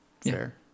fair